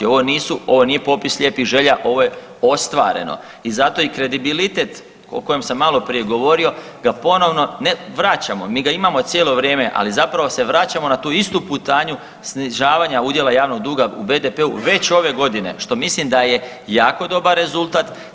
Ovo nisu, ovo nije popis lijepih želja, ovo je ostvareno i zato i kredibilitet o kojem sam maloprije govorio ga ponovno ne vraćamo, mi ga imamo cijelo vrijeme, ali zapravo se vraćamo na tu istu putanju snižavanja udjela javnog duga u BDP-u već ove godine, što mislim da je jako dobar rezultat.